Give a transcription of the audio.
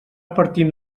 partim